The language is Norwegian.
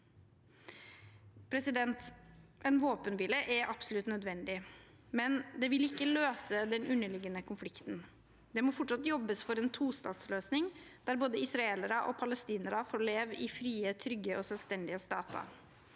for. En våpenhvile er absolutt nødvendig, men det vil ikke løse den underliggende konflikten. Det må fortsatt jobbes for en tostatsløsning der både israelere og palestinere får leve i frie, trygge og selvstendige stater.